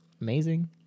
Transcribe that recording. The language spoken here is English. amazing